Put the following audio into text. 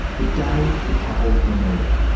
the day the couple were murdered.